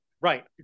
right